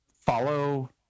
Follow